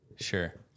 Sure